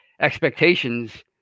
expectations